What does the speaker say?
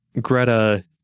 Greta